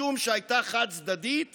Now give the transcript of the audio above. משום שהייתה חד-צדדית